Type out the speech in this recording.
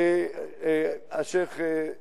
אני